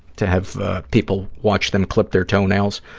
to have people watch them clip their toenails.